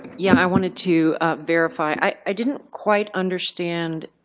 yeah, i wanted to verify. i didn't quite understand